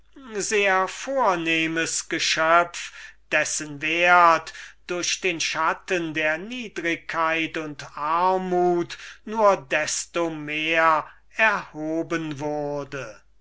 sehr edles geschöpfe dessen wert durch den schatten der niedrigkeit und armut nur desto mehr erhaben wurde